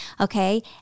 Okay